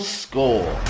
score